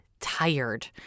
tired